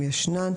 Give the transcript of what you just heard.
אם ישנן.